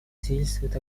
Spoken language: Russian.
свидетельствуют